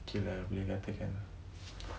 k lah boleh katakan lah